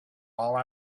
all